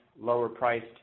lower-priced